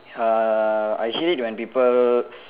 uh I hate it when people